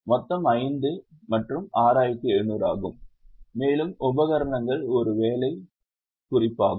மொத்தம் 5 மற்றும் 6700 ஆகும் மேலும் உபகரணங்கள் ஒரு வேலை குறிப்பாகும்